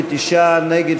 נגד?